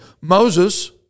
Moses